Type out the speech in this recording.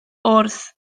wrth